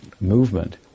movement